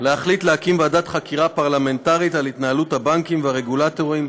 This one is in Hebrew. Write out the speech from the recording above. להחליט להקים ועדת חקירה פרלמנטרית על התנהלות הבנקים והרגולטורים